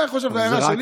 זאת ההערה שלי.